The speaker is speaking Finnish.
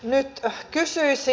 nyt kysyisin